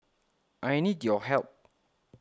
I need your help